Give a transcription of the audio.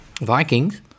Vikings